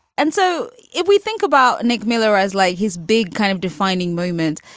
and so if we think about nick miller as like his big kind of defining moment,